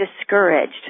discouraged